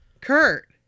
Kurt